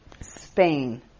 Spain